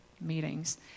meetings